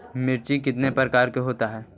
मिर्ची कितने प्रकार का होता है?